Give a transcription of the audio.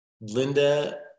Linda